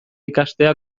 ikastea